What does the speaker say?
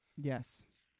Yes